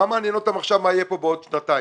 מה מעניין אותם עכשיו מה יהיה כאן בעוד שנתיים?